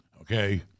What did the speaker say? Okay